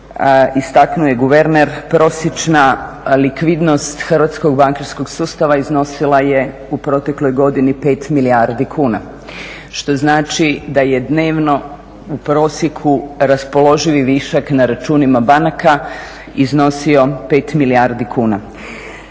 istaknuo je guverner prosječna likvidnost hrvatskog bankarskog sustava iznosila je u protekloj godini 5 milijardi kuna što znači da je dnevno u prosjeku raspoloživi višak na računima banaka iznosio 5 milijardi kuna.